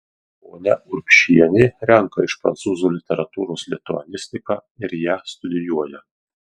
ponia urbšienė renka iš prancūzų literatūros lituanistiką ir ją studijuoja